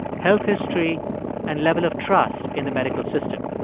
health history and level of trust in the medical system.